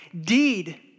deed